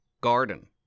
garden